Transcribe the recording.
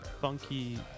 funky